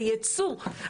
זה יצוא.